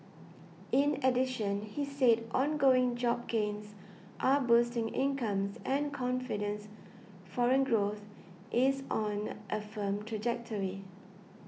in addition he said ongoing job gains are boosting incomes and confidence foreign growth is on a firm trajectory